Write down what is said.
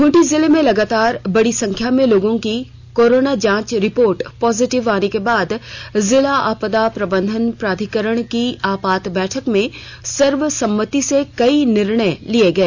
खूंटी जिले में लगातार बड़ी संख्या में लोगों की कोरोना जांच रिपोर्ट पॉजिटिव आने के बाद जिला आपदा प्रबंधन प्राधिकरण की आपात बैठक में सर्वसम्मति से कई निर्णय लिए गए